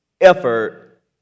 effort